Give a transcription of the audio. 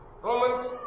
Romans